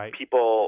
people